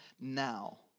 now